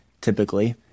typically